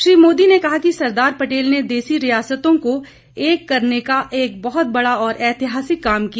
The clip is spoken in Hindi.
श्री मोदी ने कहा कि सरदार पटेल ने देसी रियासतों को एक करने का एक बहुत बड़ा और ऐतिहासिक काम किया